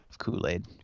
kool-aid